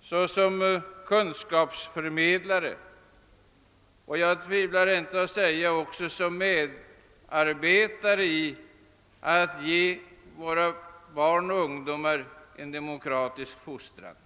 såsom kunskapsförmedlare och — jag tvekar inte att säga detta — som medarbetare när det gäller att ge våra barn och ungdomar en demokratisk fostran.